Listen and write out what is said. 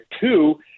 Two